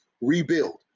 rebuild